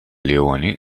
leoni